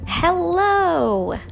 Hello